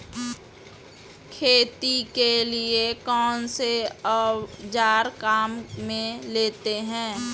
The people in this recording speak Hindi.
खेती के लिए कौनसे औज़ार काम में लेते हैं?